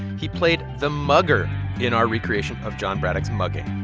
he played the mugger in our recreation of john braddock's mugging.